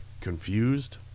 confused